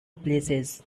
places